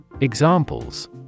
Examples